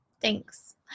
thanks